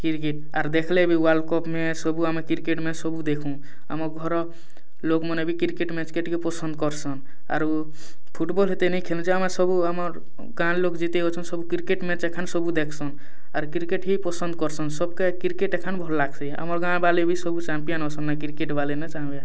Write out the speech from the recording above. cricket ଆର୍ ଦେଖିଲେ ବି ୱାଲ୍ଡ କପ୍ ମେ ସବୁ ଆମେ କ୍ରିକେଟ୍ ମ୍ୟାଚ୍ ଆମେ ସବୁ ଦେଖୁଁ ଆମ ଘର ଲୋକମାନେ ବି କ୍ରିକେଟ୍ ମ୍ୟାଚ୍ କେ ଟିକେ ପସନ୍ଦ କର୍ସନ୍ ଆରୁ ଫୁଟବଲ୍ ହେତେ ନେଇ ଖେଲଯା ସବୁ ଆମର୍ ଗାଁ ଲୋକ ଯେତେ ଅଛନ୍ ସବୁ କ୍ରିକେଟ୍ ମ୍ୟାଚ୍ ଏଖାନ୍ ସବୁ ଦେଖସନ୍ ଆରେ କ୍ରିକେଟ୍ ହିଁ ପସନ୍ଦ କରୁସନ୍ ସବ୍କେ କ୍ରିକେଟ୍ ଏଖାନେ ଭଲ୍ ଲାଗ୍ସି ଆମର୍ ଗାଁ ବାଲି ବି ସବୁ ଚାମ୍ପିଅନ୍ ଅସନ୍ ନାଇ କ୍ରିକେଟ୍ ବାଲେ ନେ ଚାମ୍ପିଅନ୍